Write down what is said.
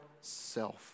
self